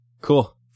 cool